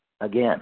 again